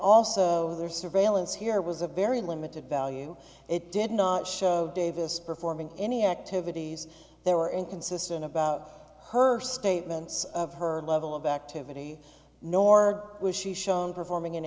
also their surveillance here was a very limited value it did not show davis performing any activities they were inconsistent about her statements of her level of activity nor was she shown performing in